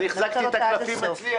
אני החזקתי את הקלפים אצלי,